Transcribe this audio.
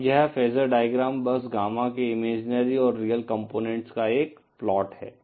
अब यह phasor diagram बस गामा के इमेजिनरी और रियल कंपोनेंट्स का एक प्लाट है